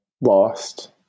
lost